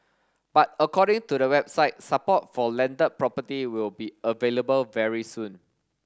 but according to the website support for landed property will be available very soon